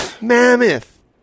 Mammoth